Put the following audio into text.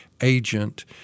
agent